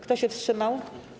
Kto się wstrzymał?